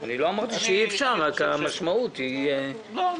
אני לא אמרתי שאי אפשר, רק המשמעות היא בעייתית.